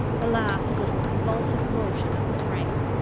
the last little convulsive motion of the frame.